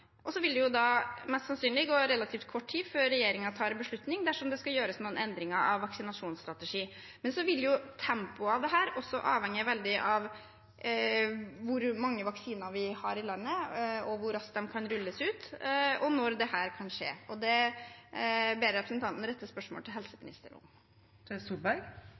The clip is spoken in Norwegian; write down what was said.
Så vil det sannsynligvis gå relativt kort tid før regjeringen tar en beslutning dersom det skal gjøres noen endring av vaksinasjonsstrategien. Men så vil tempoet for dette avhenge veldig av hvor mange vaksiner vi har i landet, hvor raskt de kan rulles ut, og når dette kan skje. Det ber jeg representanten rette spørsmål til helseministeren om. Torstein Tvedt Solberg